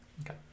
Okay